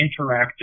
interactive